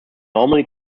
normally